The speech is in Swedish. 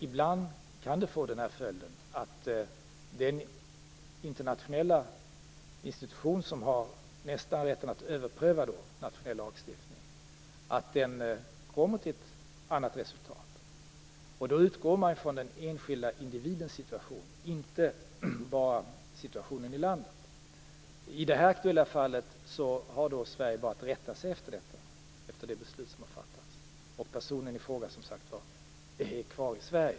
Ibland kan det få den följden att den internationella institution som nästan har rätt att överpröva nationell lagstiftning kommer fram till ett annat resultat. Då utgår man från den enskilde individens situation, inte bara situationen i landet. I det aktuella fallet har Sverige bara att rätta sig efter det beslut som har fattats, om personen i fråga är kvar i Sverige.